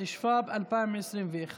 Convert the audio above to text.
התשפ"ב 2021,